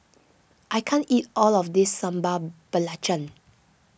I can't eat all of this Sambal Belacan